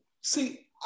see